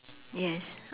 yes